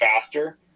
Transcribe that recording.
faster